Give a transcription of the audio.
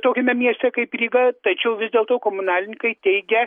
tokiame mieste kaip ryga tačiau vis dėlto komunalininkai teigia